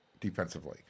defensively